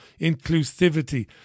inclusivity